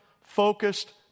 focused